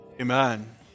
Amen